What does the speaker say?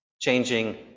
changing